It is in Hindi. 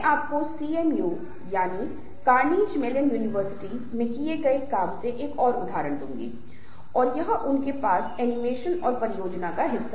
तो यह वह चरण है जहां मानदंड बनते हैं और सभी को मानदंडों के आधार पर इस दिशा में काम करने के लिए सहमत होना चाहिए